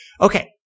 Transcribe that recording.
Okay